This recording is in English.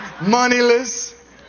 moneyless